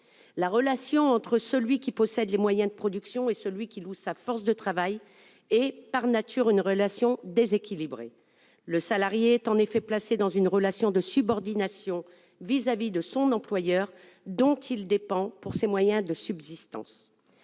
La relation entre celui qui possède les moyens de production et celui qui loue sa force de travail est par nature déséquilibrée. Le salarié est en effet placé dans une relation de subordination vis-à-vis de son employeur, dont il dépend pour ses moyens de subsistance.